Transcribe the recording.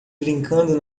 brincando